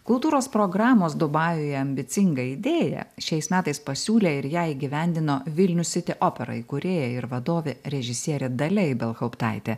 kultūros programos dubajuje ambicingą idėją šiais metais pasiūlė ir ją įgyvendino vilnius siti opera įkūrėja ir vadovė režisierė dalia ibelhauptaitė